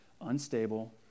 unstable